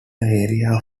area